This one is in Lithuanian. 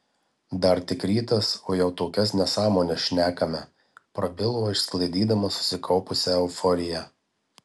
dar tik rytas o jau tokias nesąmones šnekame prabilo išsklaidydamas susikaupusią euforiją